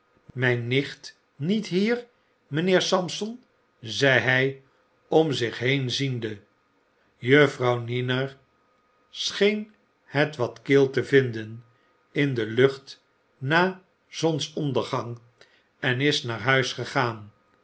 mjjn nicht niet hier mynheer sampson zei hy om zich heen ziende juffrouw niner scheen het wat kil te vinden in de lucht na zonsondergang en is naar huis gegaan